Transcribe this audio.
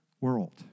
world